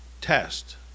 test